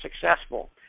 successful